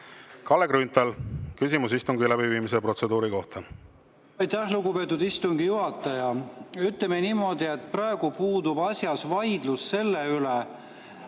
Kalle Grünthal, küsimus istungi läbiviimise protseduuri kohta.